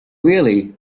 really